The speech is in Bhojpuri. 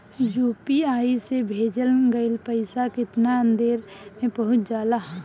यू.पी.आई से भेजल गईल पईसा कितना देर में पहुंच जाला?